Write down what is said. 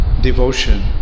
devotion